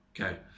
Okay